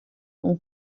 اون